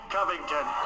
Covington